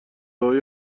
های